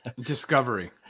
discovery